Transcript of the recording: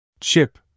Chip